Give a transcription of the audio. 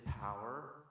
power